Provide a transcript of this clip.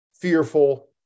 fearful